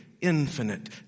infinite